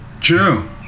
True